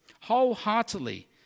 wholeheartedly